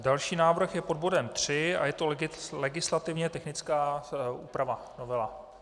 Další návrh je pod bodem 3 a je to legislativně technická úprava, novela.